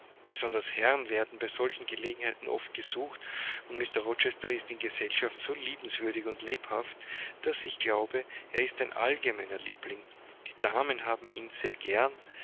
besonders herren werden bei solchen gelegenheiten oft gesucht und mr rochester ist in gesellschaft so liebenswürdig und lebhaft daß ich glaube er ist ein allgemeiner liebling die damen haben ihn sehr gern